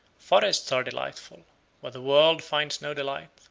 forests are delightful where the world finds no delight,